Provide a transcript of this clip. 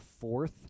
fourth